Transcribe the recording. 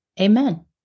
Amen